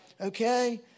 Okay